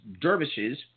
dervishes